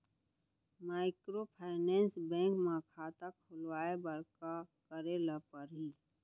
Microfinance bank म खाता खोलवाय बर का करे ल परही?